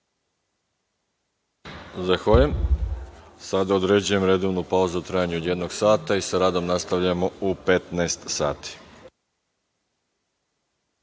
Zahvaljujem se. Sada određujem redovnu pauzu u trajanju od jednog sata i sa radom nastavljamo u 15,00